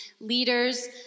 leaders